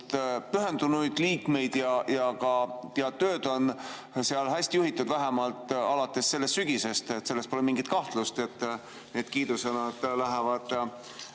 pühendunud liikmeid ja ka tööd on seal hästi juhitud, vähemalt alates sellest sügisest. Selles pole mingit kahtlust. Kiidusõnad on